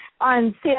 on